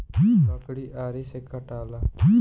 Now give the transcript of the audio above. लकड़ी आरी से कटाला